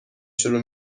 شروع